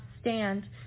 stand